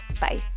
bye